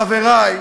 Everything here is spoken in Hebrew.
חברי,